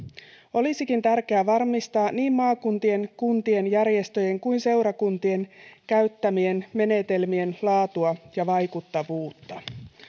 olisikin tärkeää varmistaa niin maakuntien kuntien järjestöjen kuin seurakuntien käyttämien menetelmien laatua ja vaikuttavuutta